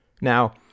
Now